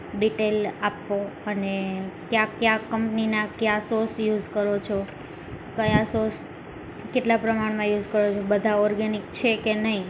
detail આપો અને કયા કયા કંપનીનાં કયા સોસ યુઝ કરો છો કયા સોસ કેટલા પ્રમાણમાં યુઝ કરો છો બધા ઓર્ગેનિક છે કે નહીં